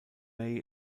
may